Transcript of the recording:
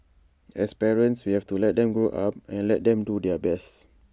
as parents we have to let them grow up and let them do their best